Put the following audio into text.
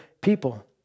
people